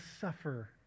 suffer